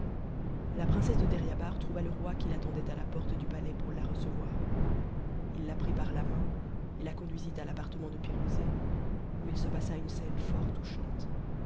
la princesse de deryabar trouva le roi qui l'attendait à la porte du palais pour la recevoir i la prit par la main et la conduisit à l'appartement de pirouzé où il se passa une scène fort touchante